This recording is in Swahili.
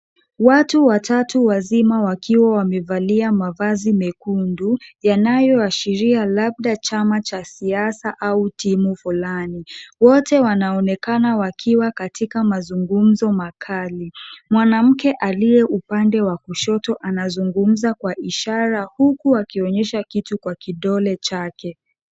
Watu watatu wazima wakiwa wamevalia mavazi mekundu yanayoashiria labda chama cha siasa au timu fulani . Wote wanaonekana wakiwa katika mazungumzo makali. Mwanamke alie upande wa kushoto anazungumza kwa ishara huku akionyesha kitu kwa kidole chake.